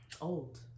Old